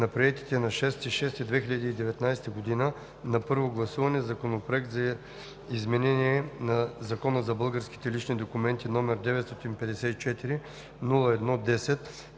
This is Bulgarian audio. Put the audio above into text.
на приетите на 6 юни 2019 г. на първо гласуване Законопроект за изменение на Закона за българските лични документи, № 954-01-10,